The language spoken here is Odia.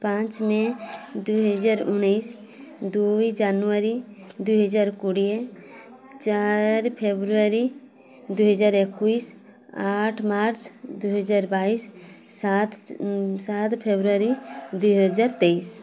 ପାଞ୍ଚ ମେ ଦୁଇହଜାର ଉଣେଇଶି ଦୁଇ ଜାନୁଆରୀ ଦୁଇହଜାର କୋଡ଼ିଏ ଚାରି ଫେବୃଆରୀ ଦୁଇହଜାର ଏକୋଇଶି ଆଠ ମାର୍ଚ୍ଚ ଦୁଇହଜାର ବାଇଶି ସାତ ସାତ ଫେବୃଆରୀ ଦୁଇହଜାର ତେଇଶି